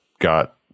got